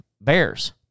bears